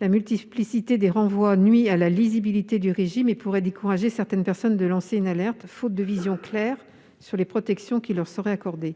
la multiplicité des renvois nuit à la lisibilité du régime et pourrait dissuader certaines personnes de lancer une alerte, faute de vision claire quant aux protections qui leur seraient accordées.